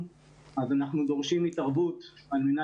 פנים.